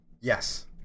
yes